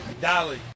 Dolly